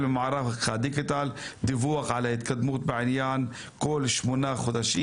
ממערך הדיגיטל דיווח על ההתקדמות בעניין כל 8 חודשים.